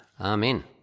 amen